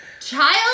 child